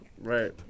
Right